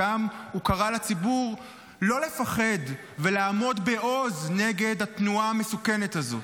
ושם הוא קרא לציבור לא לפחד ולעמוד בעוז נגד התנועה המסוכנת הזאת.